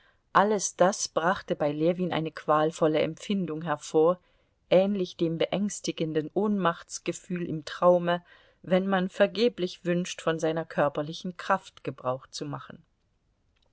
alles das brachte bei ljewin eine qualvolle empfindung hervor ähnlich dem beängstigenden ohnmachtsgefühl im traume wenn man vergeblich wünscht von seiner körperlichen kraft gebrauch zu machen